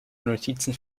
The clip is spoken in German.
notizen